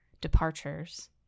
departures